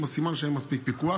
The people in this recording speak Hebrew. סימן שאין מספיק פיקוח.